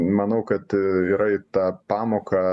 manau kad yra į tą pamoką